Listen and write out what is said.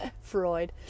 Freud